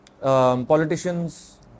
Politicians